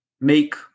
make